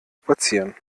spazieren